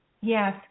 yes